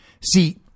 See